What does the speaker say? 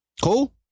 Cool